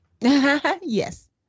Yes